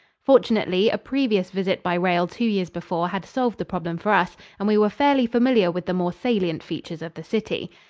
fortunately, a previous visit by rail two years before had solved the problem for us and we were fairly familiar with the more salient features of the city.